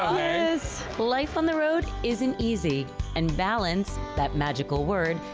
life on the road isn't easy and balance, that magical word,